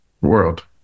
world